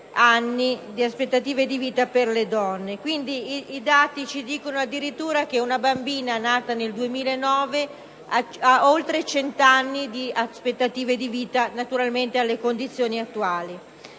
I dati ci dicono addirittura che una bambina nata nel 2009 ha oltre 100 anni di aspettativa di vita, naturalmente alle condizioni attuali.